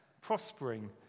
prospering